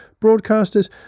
broadcasters